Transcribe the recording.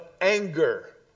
anger